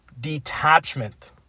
detachment